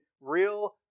real